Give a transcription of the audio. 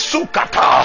Sukata